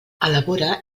elabora